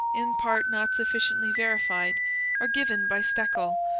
in part not sufficiently verified are given by stekel,